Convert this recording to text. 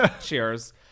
Cheers